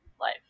life